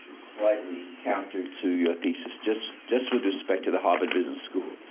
slightly counter to your thesis, just just with respect to the harvard business school.